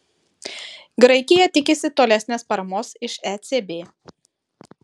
graikija tikisi tolesnės paramos iš ecb